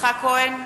יצחק כהן,